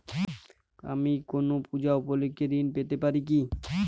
আমি কোনো পূজা উপলক্ষ্যে ঋন পেতে পারি কি?